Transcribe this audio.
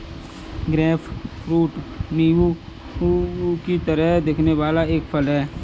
grapefruit नींबू की तरह दिखने वाला एक फल है